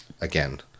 again